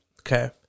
okay